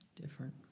different